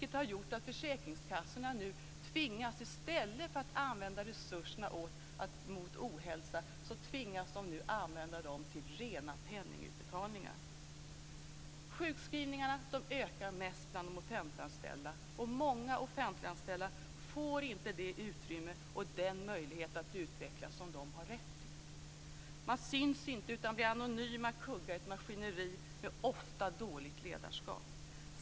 Det har gjort att försäkringskassorna i stället för att använda resurserna mot ohälsa nu tvingas använda dem till rena penningutbetalningar. Sjukskrivningarna ökar mest bland de offentliganställda. Många offentliganställda får inte det utrymme och den möjlighet att utvecklas som de har rätt till. Man syns inte utan blir anonyma kuggar i ett maskineri med ofta dåligt ledarskap.